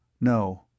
No